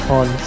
on